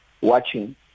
watching